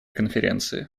конференции